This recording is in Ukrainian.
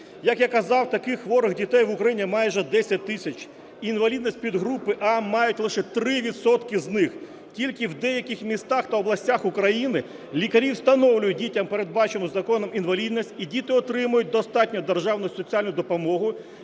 Як я казав, таких хворих дітей в Україні майже 10 тисяч, інвалідність підгрупи А мають лише 3 відсотки з них, тільки в деяких містах та областях України лікарі встановлюють дітям передбачену законом інвалідність і діти отримують достатню державну і соціальну допомогу,